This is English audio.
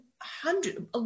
hundred